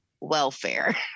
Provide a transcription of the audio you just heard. Welfare